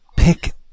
Pick